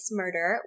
murder